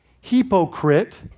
hypocrite